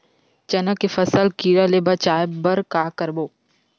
चना के फसल कीरा ले बचाय बर का करबो?